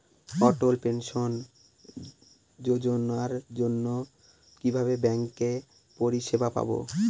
অটল pension যোজনার জন্য কিভাবে ব্যাঙ্কে পরিষেবা পাবো?